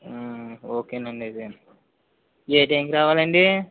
ఓకేనండి అయితే ఏ టైంకి రావాలండి